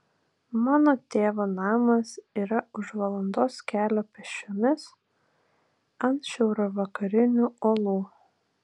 mano tėvo namas yra už valandos kelio pėsčiomis ant šiaurvakarinių uolų